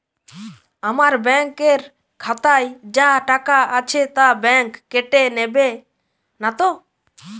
আমার ব্যাঙ্ক এর খাতায় যা টাকা আছে তা বাংক কেটে নেবে নাতো?